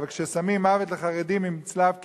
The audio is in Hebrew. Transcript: אבל כששמים "מוות לחרדים" עם צלב קרס,